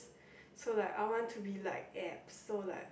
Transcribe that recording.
so like I want to be like abs so like